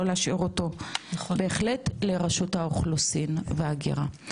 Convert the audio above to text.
להשאיר אותו לרשות האוכלוסין וההגירה.